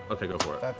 okay, go for it.